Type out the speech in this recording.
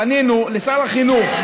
פנינו לשר החינוך,